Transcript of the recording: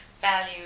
value